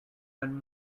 when